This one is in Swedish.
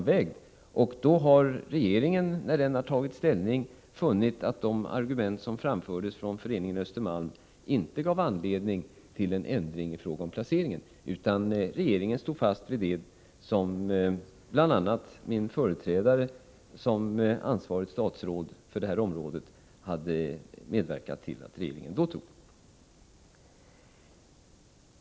Vid sitt ställningstagande fann regeringen att de argument som framförts av Föreningen Östermalm inte gav anledning till en ändring i fråga om placeringen. Regeringen stod därför fast vid det beslut som bl.a. min företrädare som ansvarigt statsråd för detta område hade medverkat till att regeringen tidigare fattat.